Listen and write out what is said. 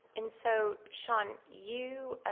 and so, sean? you?